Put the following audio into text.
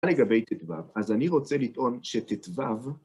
לגבי ט"ו, אז אני רוצה לטעון שט"ו...